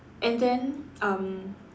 and then um